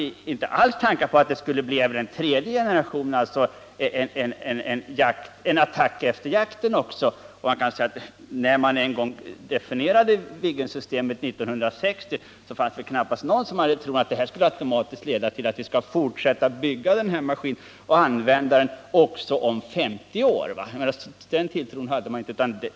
Då fanns det inga tankar på att det också skulle bli en tredje generation Viggen, alltså en attackversion efter jaktflygplanet. När Viggensystemet 1960 definierades trodde väl ingen att det skulle leda till att vi skulle fortsätta att bygga den maskinen långt in på 1990-talet och använda den också om 50 år.